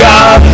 God